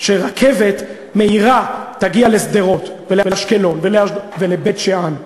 שרכבת מהירה תגיע לשדרות ולאשקלון ולאשדוד ולבית-שאן.